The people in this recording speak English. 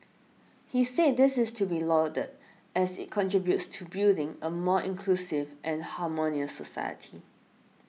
he said this is to be lauded as it contributes to building a more inclusive and harmonious society